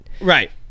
right